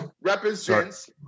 represents